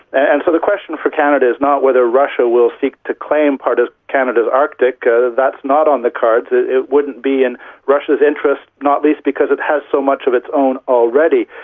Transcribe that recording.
and so the question for canada is not whether russia will seek to claim part of canada's arctic that's not on the cards, it it wouldn't be in russia's interests not least because it has so much of its own already.